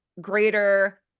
greater